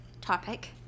topic